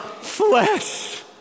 flesh